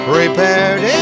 Prepared